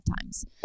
times